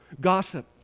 gossip